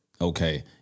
okay